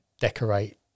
decorate